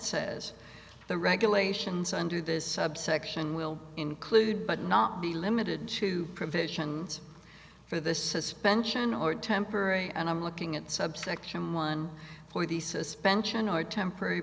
says the regulations under this subsection will include but not be limited to provisions for the suspension or temporary and i'm looking at subsection one for the suspension or temporary